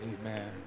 Amen